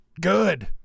good